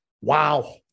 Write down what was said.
Wow